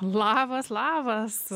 labas labas